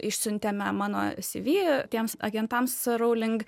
išsiuntėme mano cv tiems agentams rowling